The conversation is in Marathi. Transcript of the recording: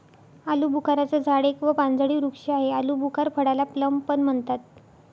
आलूबुखारा चं झाड एक व पानझडी वृक्ष आहे, आलुबुखार फळाला प्लम पण म्हणतात